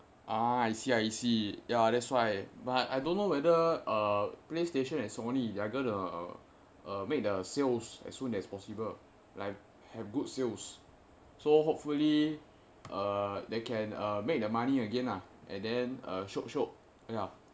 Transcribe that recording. ah I see I see ya that's why but I don't know whether err playstation and sony are gonna err make the sales as soon as possible like have good sales so hopefully uh they can uh make the money again lah and then err shiok shiok ya